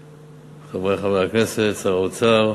תודה, חברי חברי הכנסת, שר האוצר,